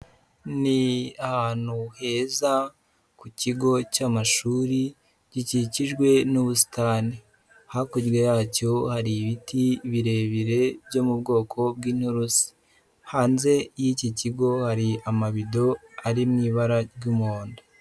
Ni ahantu heza ku kigo cy'amashuri gikikijwe n'ubusitani, hakurya yacyo hari ibiti birebire byo mu bwoko bw'inturusu, hanze y'iki kigo hari amabido ari mu ibara ry'umuhondo.